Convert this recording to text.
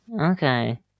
Okay